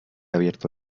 abierto